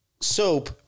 soap